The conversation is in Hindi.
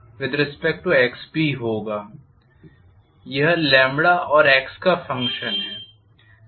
यह और x का फ़ंक्शन है